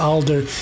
Alder